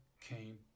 came